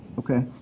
okay.